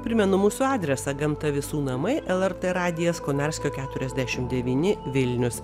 primenu mūsų adresą gamta visų namai lrt radijas konarskio keturiasdešim devyni vilnius